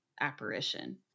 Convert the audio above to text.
apparition